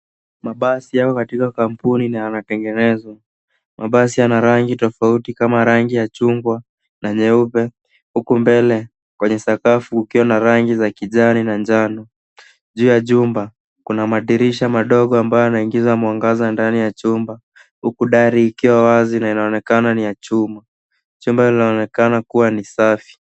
Mabasi yako katika kampuni na yanatengenezwa. Mabasi yana rangi tofauti kama rangi ya chungwa na nyeupe huku mbele kwenye sakafu kukiwa na rangi ya kijani na njano. Juu ya jumba kuna madirisha madogo ambayo yanaingiza mwangaza ndani ya chumba hiku dari ikiwa wazi na inaonekana ni ya chuma. Chumba inaonekana kuwa ni safi.